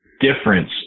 difference